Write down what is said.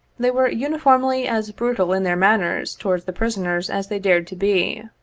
they were uni formly as brutal in their manners towards the prisoners as they dared to be.